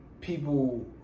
people